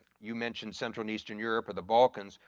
you mentioned central and eastern europe or the balkans,